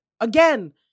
Again